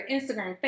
Instagram